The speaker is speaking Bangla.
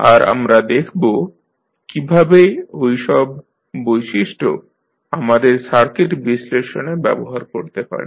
আর আমরা দেখব কীভাবে ঐ সব বৈশিষ্ট্য আমাদের সার্কিট বিশ্লেষণে ব্যবহার করতে পারি